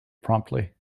promptly